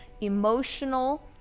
emotional